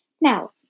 Now